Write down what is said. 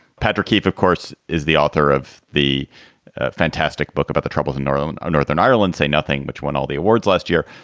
patrick keefe, of course, is the author of the fantastic book about the troubles in northern and um northern ireland say nothing, which won all the awards last year.